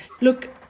Look